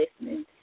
listening